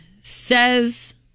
says